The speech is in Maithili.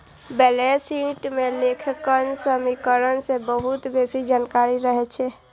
बैलेंस शीट मे लेखांकन समीकरण सं बहुत बेसी जानकारी रहै छै